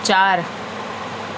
چار